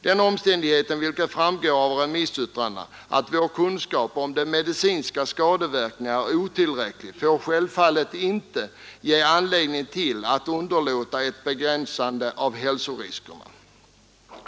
Den omständigheten att, som framgår av remissyttrandena, vår kunskap om asbestens medicinska skadeverkningar är otillräcklig utgör självfallet inte anledning till att underlåta att söka begri riskerna.